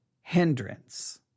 hindrance